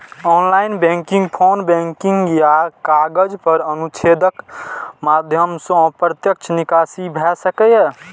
online banking, phone banking या कागज पर अनुदेशक माध्यम सं प्रत्यक्ष निकासी भए सकैए